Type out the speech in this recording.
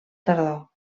tardor